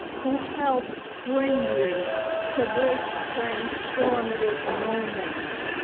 who helped bring you to this transformative moment.